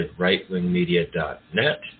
rightwingmedia.net